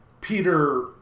Peter